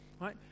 right